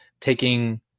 taking